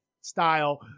style